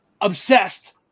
obsessed